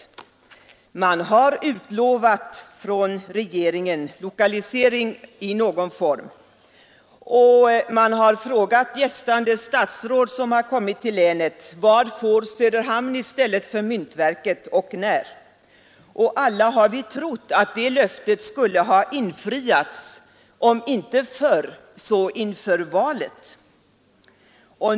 Regeringen har utlovat lokalisering i någon form, och vi har frågat gästande statsråd som har kommit till länet: Vad får Söderhamn i stället för myntverket? Och när? Alla har vi trott att det löftet skulle infrias, om inte förr, så åtminstone inför valet.